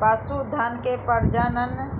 पशुधन के प्रजनन,